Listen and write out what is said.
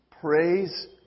Praise